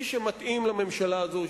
איש שמתאים לממשלה הזו,